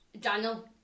Daniel